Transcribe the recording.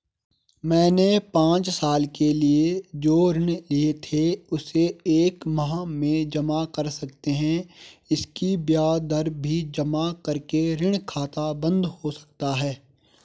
मैंने पांच साल के लिए जो ऋण लिए थे उसे एक माह में जमा कर सकते हैं इसकी ब्याज दर भी जमा करके ऋण खाता बन्द हो सकता है?